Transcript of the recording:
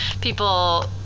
people